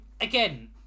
again